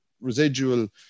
residual